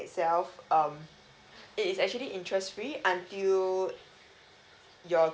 itself um it is actually interest free until your graduation day